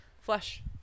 Flush